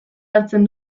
hartzen